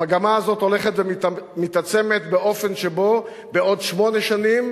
המגמה הזאת הולכת ומתעצמת באופן שבו בעוד שמונה שנים